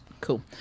cool